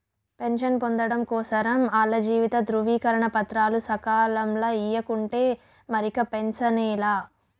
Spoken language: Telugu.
పెన్షన్ పొందడం కోసరం ఆల్ల జీవిత ధృవీకరన పత్రాలు సకాలంల ఇయ్యకుంటే మరిక పెన్సనే లా